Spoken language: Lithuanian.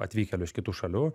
atvykėlių iš kitų šalių